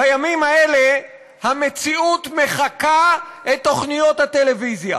בימים האלה המציאות מחקה את תוכניות הטלוויזיה,